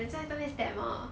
在那边 stammer